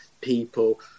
people